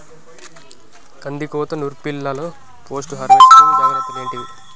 కందికోత నుర్పిల్లలో post harvesting జాగ్రత్తలు ఏంటివి?